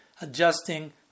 Adjusting